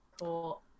Cool